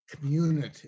community